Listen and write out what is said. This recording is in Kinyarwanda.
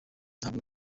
ntabwo